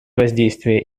воздействие